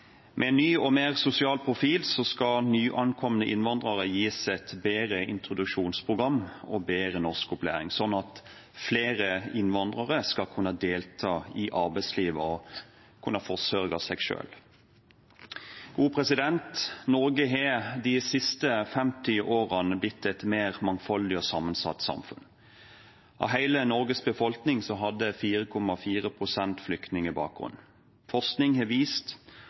Med ny og mer sosial profil skal nyankomne innvandrere gis et bedre introduksjonsprogram og bedre norskopplæring, slik at flere innvandrere skal kunne delta i arbeidslivet og kunne forsørge seg selv. Norge har de siste 50 årene blitt et mer mangfoldig og sammensatt samfunn. Av hele Norges befolkning hadde 4,4 pst. flyktningbakgrunn. Forskning har vist